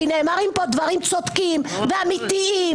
כי נאמרים פה דברים צודקים ואמיתיים,